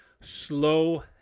Slow